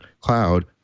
cloud